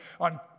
on